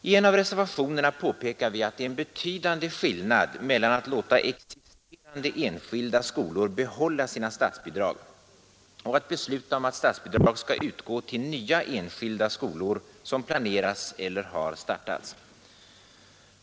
I en av reservationerna påpekar vi att det är betydande skillnad mellan att låta existerande enskilda skolor behålla sina statsbidrag och att besluta om att statsbidrag skall utgå till nya enskilda skolor, som planeras eller har startat.